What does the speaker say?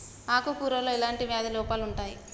ఆకు కూరలో ఎలాంటి వ్యాధి లోపాలు ఉంటాయి?